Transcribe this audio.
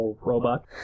robot